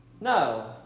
No